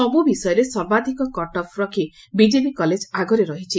ସବୁ ବିଷୟରେ ସର୍ବାଧକ କଟ୍ ଅଫ୍ ରଖ ବିଜେବି କଲେଜ ଆଗରେ ରହିଛି